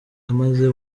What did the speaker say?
maze